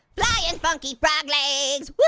flying funky frog legs.